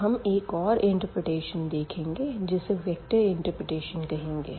अब हम एक और इंटर्प्रेटेशन देखेंगे जिसे वेक्टर इंटर्प्रेटेशन कहेंगे